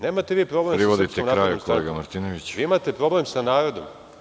Nemate vi problem sa SNS, vi imate problem sa narodom.